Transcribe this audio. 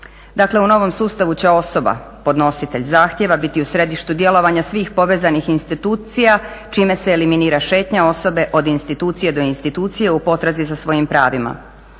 Dakle, u novom sustavu će osoba podnositelj zahtjeva biti u središtu djelovanja svih povezanih institucija čime se eliminira šetnja osobe od institucije do institucije u potrazi za svojim pravima.